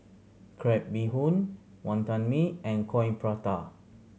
crab bee hoon Wonton Mee and Coin Prata